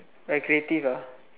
like creative ah